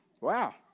Wow